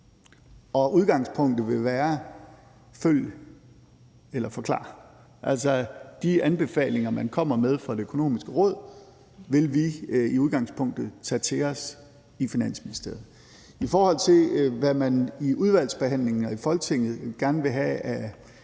og udgangspunktet vil være følg eller forklar. Altså, de anbefalinger, man kommer med fra Det Økonomiske Råd, vil vi i udgangspunktet tage til os i Finansministeriet. I forhold til hvad man i udvalgsbehandlinger i Folketinget gerne vil have af